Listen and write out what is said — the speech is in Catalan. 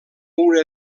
una